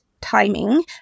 timing